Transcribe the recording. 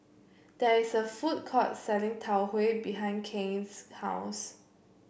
there is a food court selling Tau Huay behind Cain's house